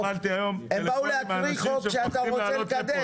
קיבלתי היום טלפונים מאנשים שמפחדים לעלות ולדבר.